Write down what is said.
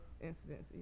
incidents